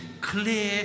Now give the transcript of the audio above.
clear